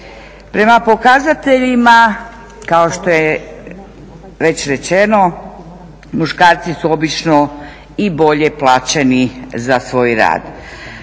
Prema pokazateljima kao što je već rečeno muškarci su obično i bolje plaćeni za svoj rad.